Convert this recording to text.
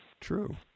True